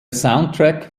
soundtrack